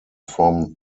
from